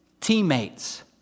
teammates